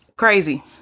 crazy